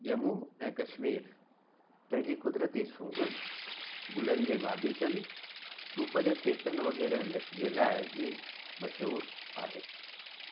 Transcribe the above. जम्मू ऐं कश्मीर पंहिंजी क़ुदरती सूंहुं गुलनि जे बागीचनि सूफ जे खेतनि वगै़रह ल जे लाइ बि मशहूरु आहे